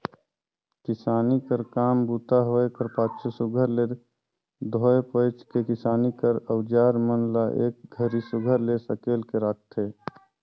किसानी कर काम बूता होए कर पाछू सुग्घर ले धोए पोएछ के किसानी कर अउजार मन ल एक घरी सुघर ले सकेल के राखथे